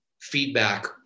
feedback